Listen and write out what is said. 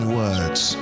words